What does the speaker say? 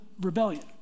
rebellion